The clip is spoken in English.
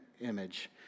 image